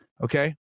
Okay